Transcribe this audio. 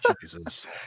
Jesus